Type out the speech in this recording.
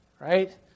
right